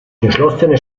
geschlossene